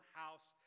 house